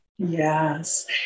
Yes